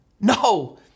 No